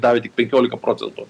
davė tik penkiolika procentų